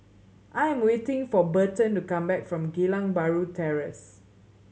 I am waiting for Berton to come back from Geylang Bahru Terrace